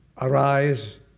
arise